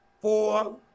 four